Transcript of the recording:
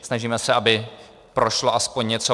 Snažíme se, aby prošlo aspoň něco.